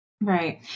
Right